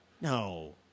no